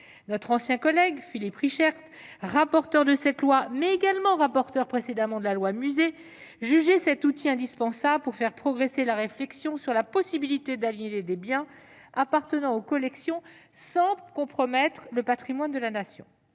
Notre ancien collègue Philippe Richert, rapporteur de cette loi et rapporteur en 2021 du projet de loi relatif aux musées de France, jugeait cet outil indispensable pour faire progresser la réflexion sur la possibilité d'aliéner des biens appartenant aux collections sans compromettre le patrimoine de la Nation.